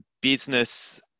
business